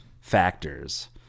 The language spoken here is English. factors